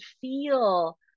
feel